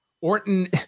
Orton